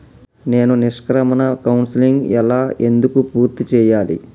నేను నిష్క్రమణ కౌన్సెలింగ్ ఎలా ఎందుకు పూర్తి చేయాలి?